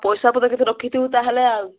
ପଇସାପତ୍ର ଟିକେ ରଖିଥିବୁ ତା'ହେଲେ ଆଉ